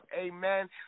Amen